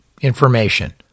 information